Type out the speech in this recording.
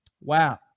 Wow